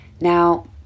Now